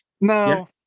no